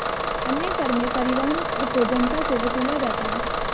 अन्य कर में परिवहन कर को जनता से वसूला जाता है